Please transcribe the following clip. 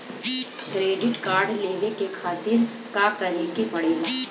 Credit card लेवे के खातिर का करेके पड़ेला?